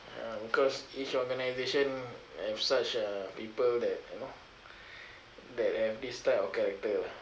um because each organization have such uh people that you know that have this type of character lah